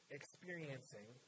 experiencing